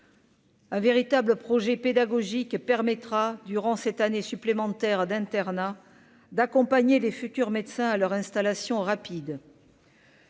Un véritable projet pédagogique permettra durant 7 années supplémentaires d'internat d'accompagner les futurs médecins à leur installation rapide.